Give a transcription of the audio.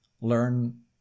learn